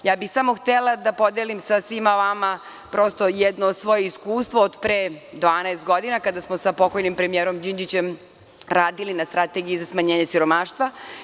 Samo bih htela da podelim sa svima vama jedno svoje iskustvo od pre 12 godina kada smo sa pokojnim premijerom Đinđićem radili na strategiji za smanjenje siromaštva.